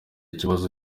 ikibazo